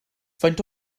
faint